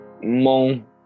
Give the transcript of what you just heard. Mon